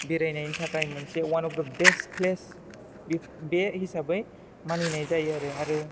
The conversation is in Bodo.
बेरायनायनि थाखाय मोनसे one of the best place बे बे हिसाबै मानिनाय जायो आरो आरो